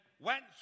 went